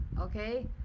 okay